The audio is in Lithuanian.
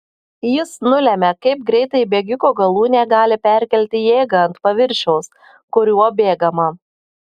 jis nulemia kaip greitai bėgiko galūnė gali perkelti jėgą ant paviršiaus kuriuo bėgama